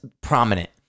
prominent